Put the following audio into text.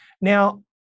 Now